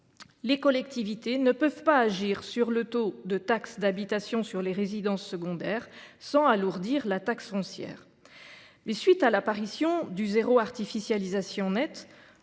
Les collectivités ne peuvent pas agir sur le taux de taxe d’habitation sur les résidences secondaires (THRS) sans alourdir la taxe foncière. Mais à la suite de l’apparition du « zéro artificialisation nette